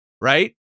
Right